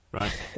right